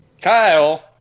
Kyle